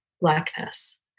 blackness